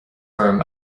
orm